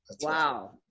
Wow